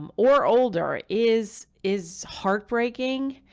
um or older is, is heartbreaking.